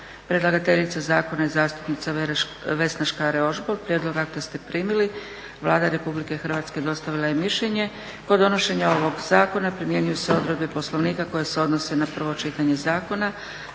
Predlagateljica zastupnica Vesna Škare Ožbolt. Prijedlog akta ste primili. Vlada RH dostavila je mišljenje. kod donošenja ovog zakona primjenjuju se odredbe Poslovnika koje se odnose na prvo čitanje zakona.